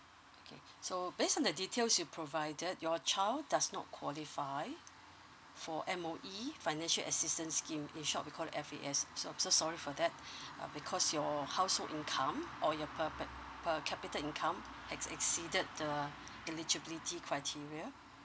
okay so based on the details you provided your child does not qualify for M_O_E financial assistance scheme in short we call it F_A_S so I'm so sorry for that uh because your household income or your per err capita income has exceeded the eligibility criteria